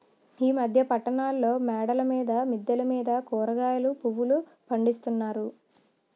ఈ మధ్య పట్టణాల్లో మేడల మీద మిద్దెల మీద కూరగాయలు పువ్వులు పండిస్తున్నారు